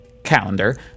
Calendar